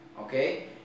Okay